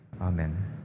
Amen